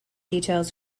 details